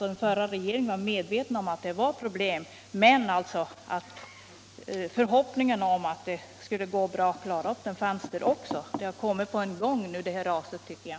Den förra regeringen var medveten om att det fanns problem, men förhoppningen om att det skulle gå bra att klara upp dem fanns där också. Det här raset har kommit på en gång nu, tycker jag.